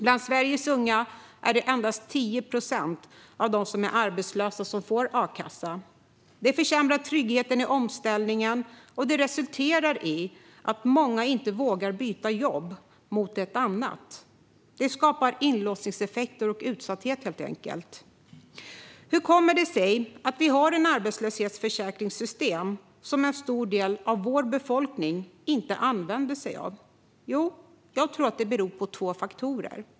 Bland Sveriges unga är det endast 10 procent av dem som är arbetslösa som får a-kassa. Det försämrar tryggheten i omställningen, och det resulterar i att många inte vågar byta ett jobb mot ett annat. Det skapar helt enkelt inlåsningseffekter och utsatthet. Hur kommer det sig att vi har ett arbetslöshetsförsäkringssystem som en stor del av vår befolkning inte använder sig av? Jag tror att det beror på två faktorer.